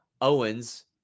Owens